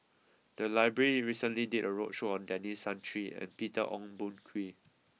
the library recently did a roadshow on Denis Santry and Peter Ong Boon Kwee